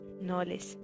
knowledge